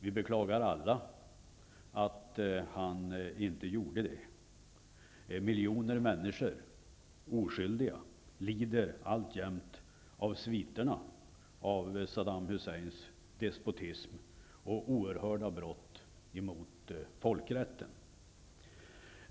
Vi beklagar alla att han inte gjorde det. Miljoner oskyldiga människor lider alltjämt av sviterna av Saddam Husseins despotism och oerhörda brott mot folkrätten.